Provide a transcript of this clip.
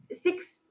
Six